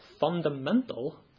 fundamental